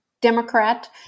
Democrat